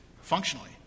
functionally